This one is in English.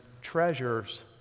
treasures